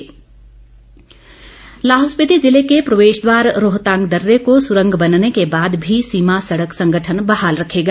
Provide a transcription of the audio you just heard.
रोहतांग लाहौल स्पिति ज़िले के प्रवेश द्वार रोहतांग दर्रै को सुरंग बनने के बाद भी सीमा सड़क संगठन बहाल रखेगा